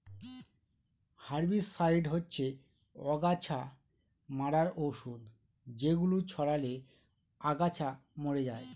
herbicide হচ্ছে অগাছা মারার ঔষধ যেগুলো ছড়ালে আগাছা মরে যায়